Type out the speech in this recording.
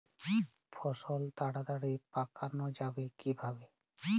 ফসল তাড়াতাড়ি পাকানো যাবে কিভাবে?